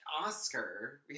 Oscar